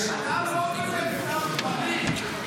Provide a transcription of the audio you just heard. יש --- אדם לא חושב סתם דברים.